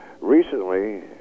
Recently